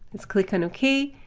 let's click on ok.